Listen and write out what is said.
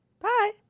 Bye